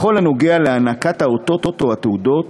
בכל הקשור להענקת האותות או התעודות,